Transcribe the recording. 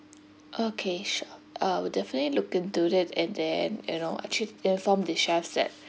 okay sure uh will definitely look into that and then you know actually inform the chefs at